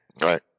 Right